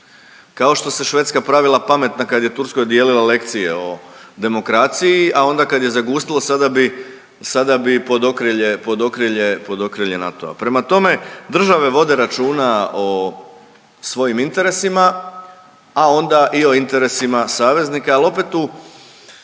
kao što se Švedska pravila pametna kad je Turskoj dijelila lekcije o demokraciji, a onda kad je zagustilo sada bi pod okrilje NATO-a. Prema tome, države vode računa o svojim interesima, a onda i o interesima saveznika, al opet tu